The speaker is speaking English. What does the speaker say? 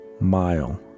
mile